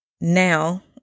now